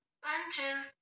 punches